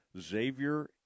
Xavier